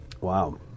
Wow